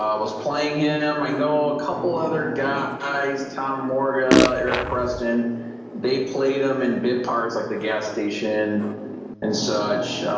um was playing him. i know a couple other guys tom morga erik, preston they played them in bit parts, like the gas station and such